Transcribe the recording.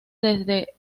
desde